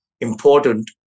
important